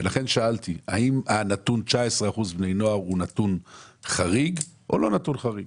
לכן שאלתי האם הנתון 19 אחוזים בני נוער הוא נתון חריג או לא נתון חריג.